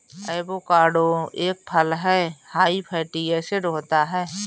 avocado एक फल हैं हाई फैटी एसिड होता है